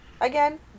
Again